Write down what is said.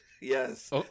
Yes